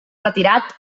retirat